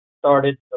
started